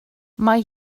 mae